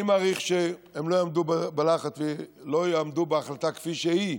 אני מעריך שהם לא יעמדו בלחץ ולא יעמדו בהחלטה כפי שהיא.